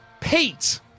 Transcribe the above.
Pete